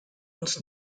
uns